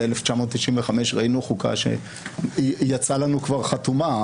ב-1995 ראינו חוקה שיצאה לנו כבר חתומה,